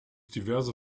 diverse